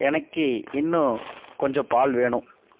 எனக்கு இன்னும் கொஞ்சம் பால் வேணும்